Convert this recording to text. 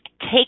take